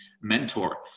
mentor